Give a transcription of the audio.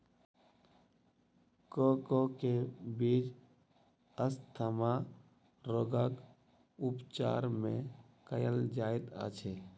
cocoa के बीज asthma रोगक उपचार मे कयल जाइत अछि